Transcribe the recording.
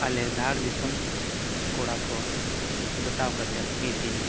ᱟᱞᱮ ᱫᱷᱟᱲ ᱫᱤᱥᱚᱢ ᱠᱚᱲᱟ ᱠᱚ ᱡᱚᱴᱟᱣ ᱠᱟᱛᱮᱫ ᱢᱤᱫ ᱫᱤᱱ